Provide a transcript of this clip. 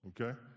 Okay